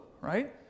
right